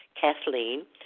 Kathleen